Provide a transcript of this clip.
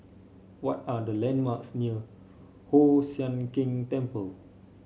what are the landmarks near Hoon Sian Keng Temple